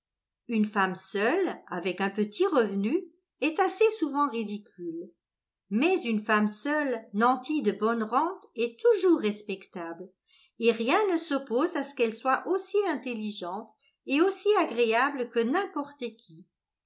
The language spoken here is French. une femme seule avec un petit revenu est assez souvent ridicule mais une femme seule nantie de bonnes rentes est toujours respectable et rien ne s'oppose à ce qu'elle soit aussi intelligente et aussi agréable que n'importe qui